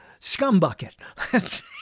Scumbucket